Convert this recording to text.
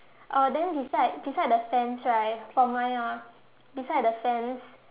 uh then beside beside the fence right for mine ah beside the fence